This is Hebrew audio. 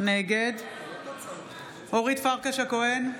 נגד אורית פרקש הכהן,